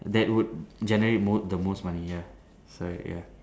that would generate most the most money ya sorry ya